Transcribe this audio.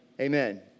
Amen